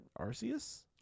Arceus